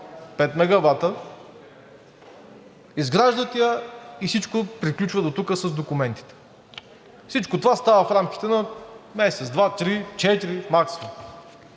5 мегавата и всичко приключва дотук с документите. Всичко това става в рамките на месец, два, три, четири максимум.